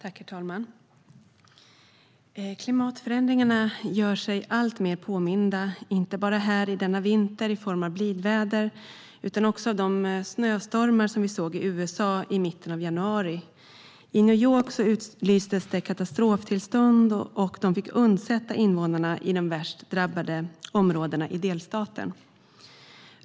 Herr talman! Klimatförändringarna gör sig alltmer påminda, inte bara här i form av denna vinter med blidväder utan också genom de snöstormar vi såg i USA i mitten av januari. I New York utlystes katastroftillstånd. Invånarna i de värst drabbade områdena av delstaten fick undsättas.